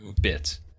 bits